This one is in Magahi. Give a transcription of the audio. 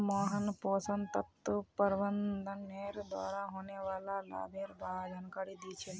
मोहन पोषण तत्व प्रबंधनेर द्वारा होने वाला लाभेर बार जानकारी दी छि ले